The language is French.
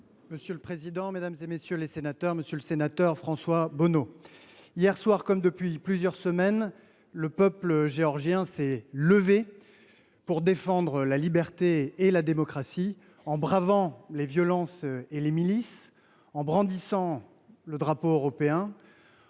M. le ministre délégué chargé de l’Europe. Monsieur le sénateur François Bonneau, hier soir, comme depuis plusieurs semaines, le peuple géorgien s’est levé pour défendre la liberté et la démocratie, en bravant les violences et les milices, en brandissant le drapeau européen,